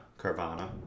carvana